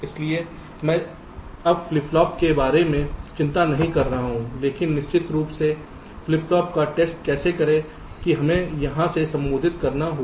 इसलिए मैं अब फ्लिप फ्लॉप के बारे में चिंता नहीं कर रहा हूं लेकिन निश्चित रूप से फ्लिप फ्लॉप का टेस्ट कैसे करें कि हमें अलग से संबोधित करना होगा